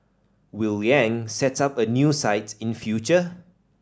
Will Yang set up a new site in future